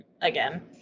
again